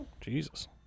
Jesus